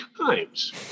times